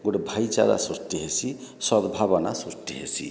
ଗୋଟେ ଭାଇଚାରା ସୃଷ୍ଟି ହେସି ସତ୍ ଭାବନା ସୃଷ୍ଟି ହେସି